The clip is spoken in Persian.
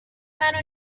منو